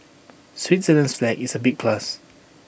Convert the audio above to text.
Switzerland's flag is A big plus